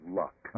luck